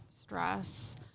stress